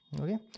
Okay